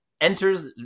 enters